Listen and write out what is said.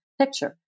picture